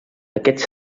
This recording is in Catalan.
aquests